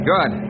Good